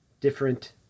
different